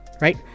Right